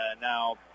now